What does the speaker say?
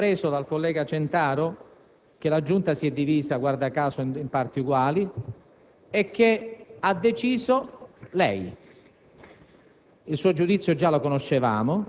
La convocazione della Giunta per il Regolamento ci appare un tentativo di sedare le tensioni in Aula, ma con un risultato già predeterminato.